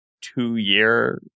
two-year